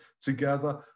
together